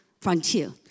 frontier